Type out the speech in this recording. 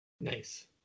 Nice